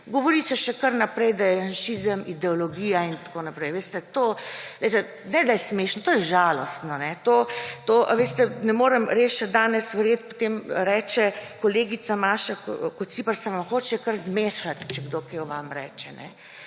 Govori se še kar naprej, da je janšizem ideologija in tako naprej. Veste, to ne, da je smešno, to je žalostno. Veste, ne morem rešiti danes, potem reče kolegica Maša Kociper, »se vam hoče kar zmešati, če kdo kaj o vam reče«.